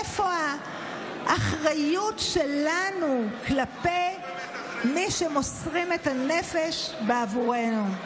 איפה האחריות שלנו כלפי מי שמוסרים את הנפש בעבורנו?